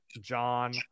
John